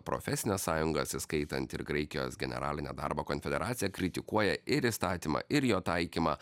profesines sąjungas įskaitant ir graikijos generalinę darbo konfederaciją kritikuoja ir įstatymą ir jo taikymą